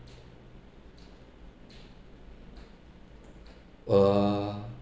uh